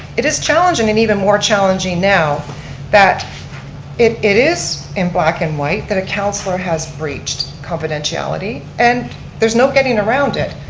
it is challenging and even more challenging now that it it is in black and white that a councilor has breached confidentiality. and there's no getting around it.